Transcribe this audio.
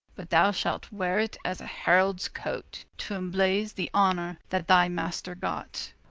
but thou shalt weare it as a heralds coate, to emblaze the honor that thy master got